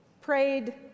prayed